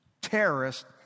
terrorist